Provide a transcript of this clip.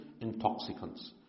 Intoxicants